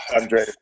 Andre